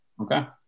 Okay